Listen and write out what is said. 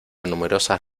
numerosas